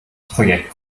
projekt